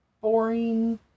boring